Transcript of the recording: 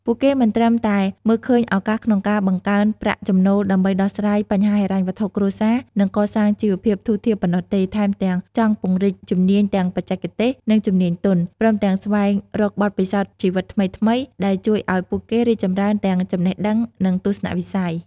ពួកគេមិនត្រឹមតែមើលឃើញឱកាសក្នុងការបង្កើនប្រាក់ចំណូលដើម្បីដោះស្រាយបញ្ហាហិរញ្ញវត្ថុគ្រួសារ និងកសាងជីវភាពធូរធារប៉ុណ្ណោះទេ ថែមទាំងចង់ពង្រីកជំនាញទាំងបច្ចេកទេស និងជំនាញទន់ ព្រមទាំងស្វែងរកបទពិសោធន៍ជីវិតថ្មីៗដែលជួយឱ្យពួកគេរីកចម្រើនទាំងចំណេះដឹង និងទស្សនវិស័យ។